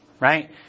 right